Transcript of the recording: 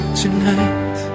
tonight